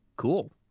cool